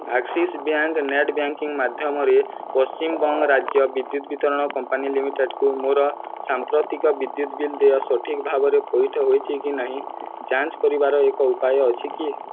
Axis bank net banking ମାଧ୍ୟମରେ ପଶ୍ଚିମବଙ୍ଗ ରାଜ୍ୟ ବିଦ୍ୟୁତ୍ ବିତରଣ କମ୍ପାନୀ ଲିମିଟେଡ଼୍କୁ ମୋର ସାମ୍ପ୍ରତିକ ବିଦ୍ୟୁତ ବିଲ୍ ଦେୟ ସଠିକ୍ ଭାବରେ ପଇଠ ହୋଇଛି କି ନାହିଁ ଯାଞ୍ଚ କରିବାର ଏକ ଉପାୟ ଅଛି କି